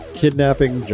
kidnapping